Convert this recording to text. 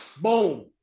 boom